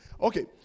Okay